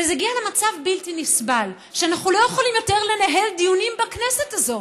וזה הגיע למצב בלתי נסבל שאנחנו לא יכולים יותר לנהל דיונים בכנסת הזאת.